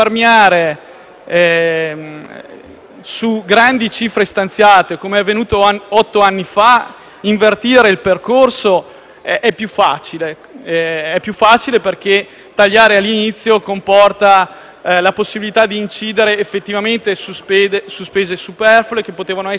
su grandi cifre stanziate - come avvenuto otto anni fa - e invertire il percorso è più facile, perché tagliare all'inizio comporta la possibilità di incidere effettivamente su spese superflue, che potevano essere contenute e dovevano essere ridotte.